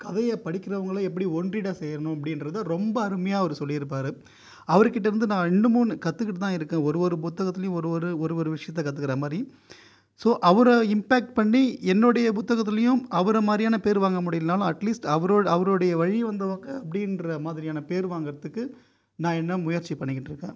கதையை படிக்கிறவர்களை எப்படி ஒன்றிவிட செய்யணும் அப்படிங்றது ரொம்ப அருமையாக அவர் சொல்லியிருப்பார் அவர் கிட்டே இருந்து நான் இன்னுமும் கற்றுக்கிட்டு தான் இருக்கேன் ஒருவொரு புத்தகத்தைலேயும் ஒரு ஒரு ஒரு ஒரு விஷயத்தை கற்றுக்கிற மாதிரி ஸோ அவர இம்பெக்ட் பண்ணி என்னுடைய புத்தகத்திலேயும் அவர மாதிரியான பேர் வாங்க முடியலைனாலும் அட்லீஸ்ட் அவருடைய வழி வந்தவங்க அப்படிங்ற மாதிரியான பேர் வாங்குவதற்கு நான் இன்னும் முயற்சி பண்ணிகிட்டு இருக்கேன்